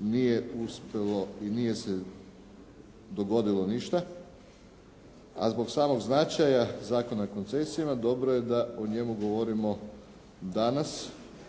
nije uspjelo i nije se dogodilo ništa, a zbog samog značaja Zakona o koncesijama dobro je da o njemu govorimo danas